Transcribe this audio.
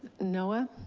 noa,